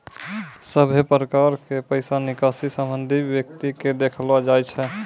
सभे प्रकार के पैसा निकासी संबंधित व्यक्ति के देखैलो जाय छै